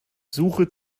suche